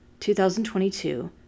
2022